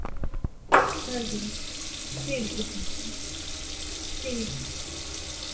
हांजी ठीक ठीक ठीक ठीक